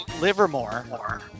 Livermore